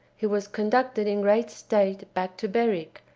he was conducted in great state back to berwick,